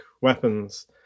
weapons